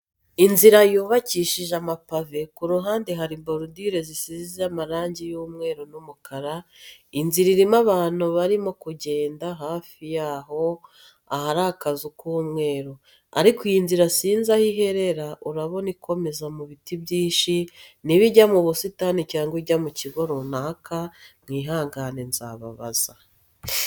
Inzira yubakishije amapave, ku ruhande hari borodire zisize amarangi y'umweru n'umukara. Inzira irimo abantu barimo kugenda hafi yaho ahari akazu k'umweru. Ariko iyi nzira sinzi aho iherera urabona ikomeza mu biti byinshi, niba ijya mu busitani cyangwa ijya mu kigo runaka mwihangane nzababaza.